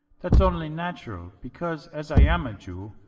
thats only natural, because, as i am a jew,